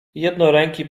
jednoręki